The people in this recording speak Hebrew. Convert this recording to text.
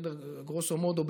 גרוסו מודו,